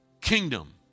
Kingdom